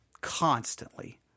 constantly